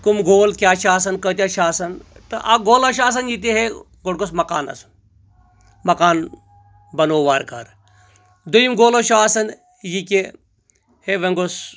کٕم گول کیاہ چھِ آسان کۭتیاہ چھِ آسان تہٕ اکھ گول چھُ آسان یہِ تہِ ہے گۄڈٕ گوٚژھ مکان آسُن مکان بنوو وارٕ کار دویِم گول چھُ آسان یہِ کہِ ہے وۄنۍ گوٚژھ